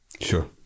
Sure